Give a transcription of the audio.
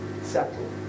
settle